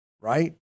right